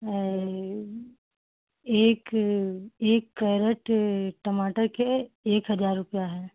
और एक एक कैरेट टमाटर के एक हजार रुपये है